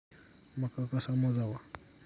मका कसा मोजावा?